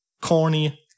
corny